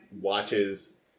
watches